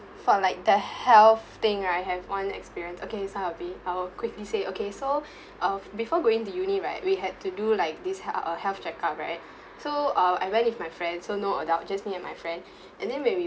for like the health thing right I have one experience okay so I'll be I'll quickly say okay so um before going to uni right we had to do like this hea~ uh health check up right so uh I went with my friend so no adult just me and my friend and then when we